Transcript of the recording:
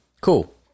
Cool